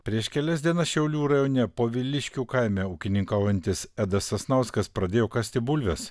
prieš kelias dienas šiaulių rajone poviliškių kaime ūkininkaujantis edas sasnauskas pradėjo kasti bulves